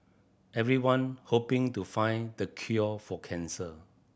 everyone hoping to find the cure for cancer